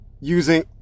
using